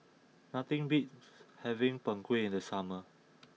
nothing beats having Png Kueh in the summer